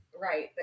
right